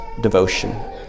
devotion